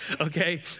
okay